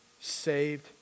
saved